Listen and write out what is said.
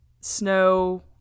snow